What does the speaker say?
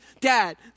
dad